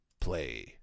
play